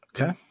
Okay